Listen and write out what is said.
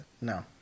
No